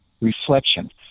reflection